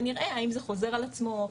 ונראה האם זה חוזר על עצמו.